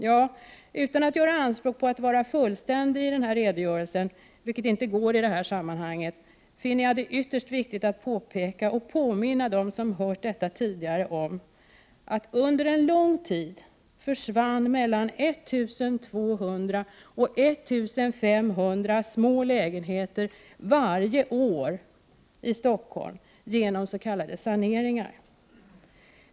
Ja, utan att göra anspråk på att vara fullständig i denna redogörelse — vilket inte går i detta sammanhang — finner jag det ytterst viktigt att påpeka och påminna dem som hört detta tidigare om att under en lång tid försvann mellan 1 200 och 1 500 små lägenheter varje år i Stockholm genom s.k. saneringar.